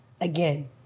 again